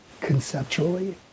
conceptually